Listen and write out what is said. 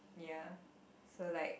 ya so like